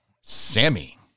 sammy